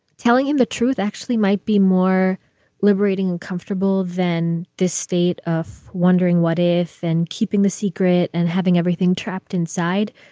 telling him the truth actually might be more liberating and comfortable than this state of wondering what if? and keeping the secret and having everything trapped inside.